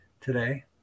today